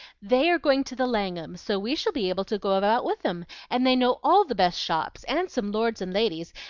they are going to the langham so we shall be able to go about with them, and they know all the best shops, and some lords and ladies,